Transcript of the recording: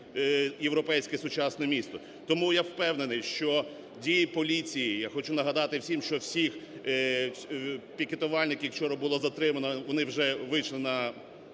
європейське сучасне місто. Тому я впевнений, що дії поліції, я хочу нагадати всім, що всіх пікетувальників, яких вчора було затримано, вони вже вийшли